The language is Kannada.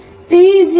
t0